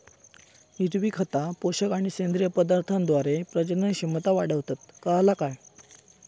हिरवी खता, पोषक आणि सेंद्रिय पदार्थांद्वारे प्रजनन क्षमता वाढवतत, काळाला काय?